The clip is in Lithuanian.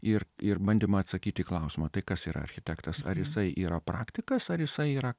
ir ir bandymą atsakyti į klausimą tai kas yra architektas ar jisai yra praktikas ar jisai yra